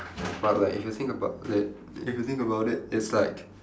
but like if you think about it if you think about it it's like